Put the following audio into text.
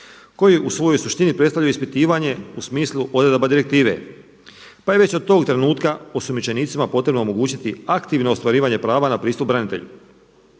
koji u svojoj suštini predstavljaju ispitivanje u smislu odredaba direktive pa je već od tog trenutka osumnjičenicima potrebno omogućiti aktivno ostvarivanje prava na pristup branitelju.